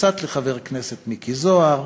קצת לחבר הכנסת מיקי זוהר,